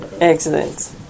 Excellent